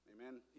amen